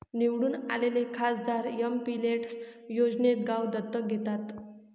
निवडून आलेले खासदार एमपिलेड्स योजनेत गाव दत्तक घेतात